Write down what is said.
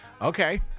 Okay